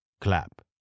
clap